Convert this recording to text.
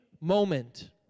moment